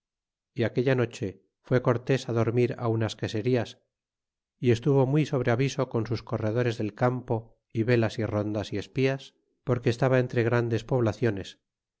y aquella noche fue cortés á dormir unas caserías y estuvo muy sobre aviso con sus corredores del campo y velas y rondas y espías porque estaba entre grandes poblaciones